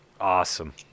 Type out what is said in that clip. Awesome